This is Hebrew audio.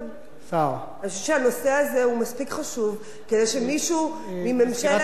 אני חושבת שהנושא הזה מספיק חשוב כדי שמישהו מממשלת שלושת השרים,